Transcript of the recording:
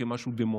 כמשהו דמוני.